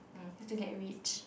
is to get rich